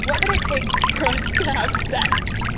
what would it take for us to have sex?